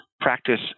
practice